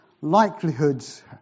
likelihoods